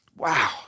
Wow